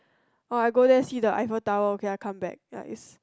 orh I go there and see the Eiffel Tower okay I come back is